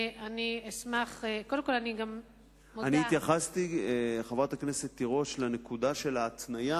חברת הכנסת תירוש, התייחסתי לעניין ההתניה